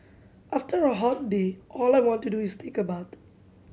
after a hot day all I want to do is take a bath